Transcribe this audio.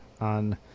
on